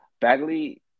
Bagley